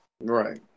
right